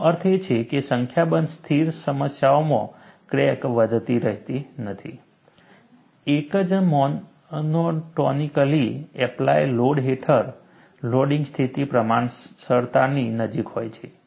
જેનો અર્થ એ છે કે સંખ્યાબંધ સ્થિર સમસ્યાઓમાં ક્રેક વધી રહી નથી એક જ મોનોટોનીકલી એપ્લાય લોડ હેઠળ લોડિંગ સ્થિતિ પ્રમાણસરતાની નજીક હોય છે